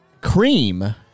cream